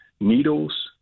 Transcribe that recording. needles